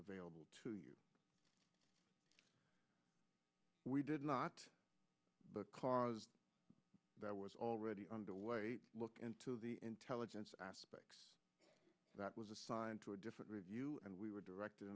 available to you we did not because that was already underway look into the intelligence aspect that was assigned to a different review and we were directed